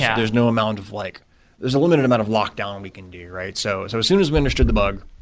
yeah there's no amount of like there's a limited amount of lockdown and we can do. so so as soon as we understood the bug,